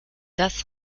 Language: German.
das